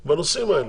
כלשהי בנושאים האלה.